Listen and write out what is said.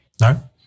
No